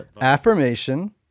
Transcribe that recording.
affirmation